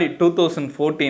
2014